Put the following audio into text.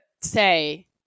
say